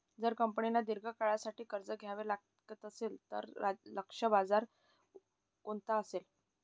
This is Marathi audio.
जर कंपनीला दीर्घ काळासाठी कर्ज घ्यावे लागत असेल, तर लक्ष्य बाजार कोणता असेल?